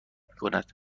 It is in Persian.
میکند